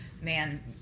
man